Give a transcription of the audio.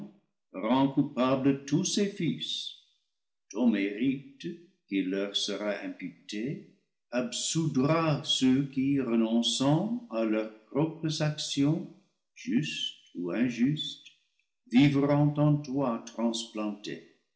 rend coupables tous ses fils ton mérite qui leur sera imputé absoudra ceux qui renonçant à leurs propres actions justes ou injustes vivront en toi transplantés